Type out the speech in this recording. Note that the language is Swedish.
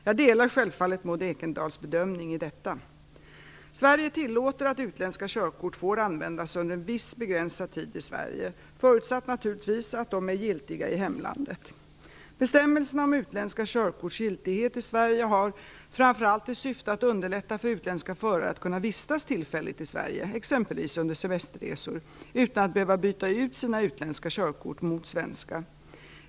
Jag delar självfallet Maud Ekendahls bedömning i detta. Sverige tillåter att utländska körkort får användas under en viss begränsad tid i Sverige, förutsatt naturligtvis att de är giltiga i hemlandet. Bestämmelserna om utländska körkorts giltighet i Sverige har framför allt till syfte att underlätta för utländska förare att kunna vistas tillfälligt i Sverige - exempelvis under semesterresor - utan att behöva byta ut sina utländska körkort mot svenska.